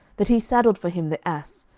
that he saddled for him the ass,